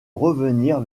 revenir